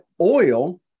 oil